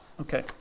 Okay